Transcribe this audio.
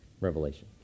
revelation